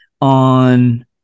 on